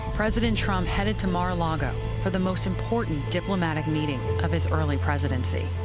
president trump headed to mar-a-lago for the most important diplomatic meeting of his early presidency.